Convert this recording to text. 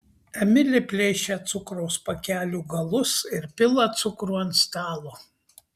emilė plėšia cukraus pakelių galus ir pila cukrų ant stalo